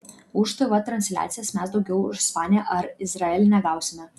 už tv transliacijas mes daugiau už ispaniją ar izraelį negausime